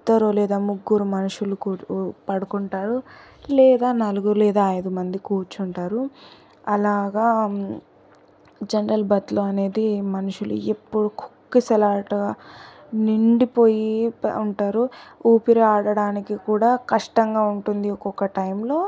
ఇద్దరూ లేదా ముగ్గురు మనుషులు పడుకుంటారు లేదా నాలుగు లేదా ఐదు మంది కూర్చుంటారు అలాగా జనరల్ బతిలో అనేది మనుషులు ఎప్పుడు కుక్కిసలాట నిండిపోయి ఉంటారు ఊపిరి ఆడడానికి కూడా కష్టంగా ఉంటుంది ఒక్కొక్క టైంలో